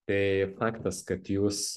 tai faktas kad jūs